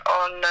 on